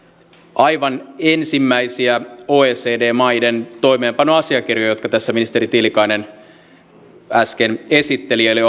aivan ensimmäisiä oecd maiden toimeenpanoasiakirjoja jonka tässä ministeri tiilikainen äsken esitteli eli